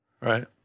Right